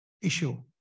issue